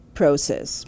process